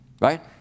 Right